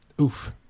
Oof